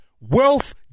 wealth